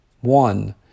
One